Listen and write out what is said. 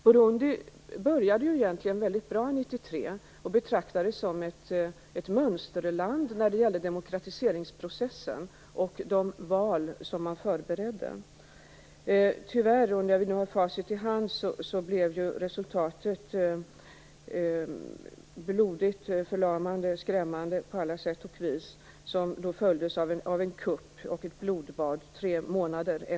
Burundi började egentligen mycket bra 1993 och betraktades som ett mönsterland när det gällde demokratiseringsprocessen och de val som man förberedde. När vi nu har facit i handen kan vi se att resultatet tyvärr blev blodigt, förlamande och skrämmande på alla sätt och vis. Valet följdes efter tre månader av en kupp och ett blodbad.